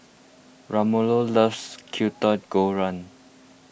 Ramiro loves Kwetiau Goreng